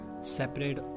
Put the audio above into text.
Separate